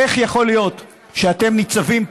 איך יכול להיות שאתם ניצבים פה,